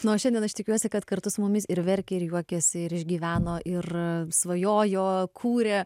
nu o šiandien aš tikiuosi kad kartu su mumis ir verkė ir juokėsi ir išgyveno ir a svajojo kūrė